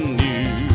new